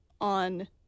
on